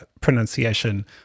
pronunciation